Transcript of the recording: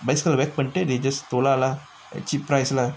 bicycle whack பண்ணிட்டு:pannitu they just tolak lah at cheap price lah